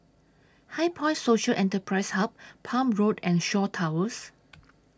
HighPoint Social Enterprise Hub Palm Road and Shaw Towers